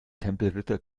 tempelritter